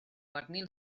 pernil